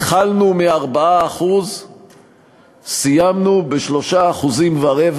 התחלנו מ-4% וסיימנו ב-3.25%.